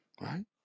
Right